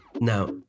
Now